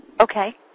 Okay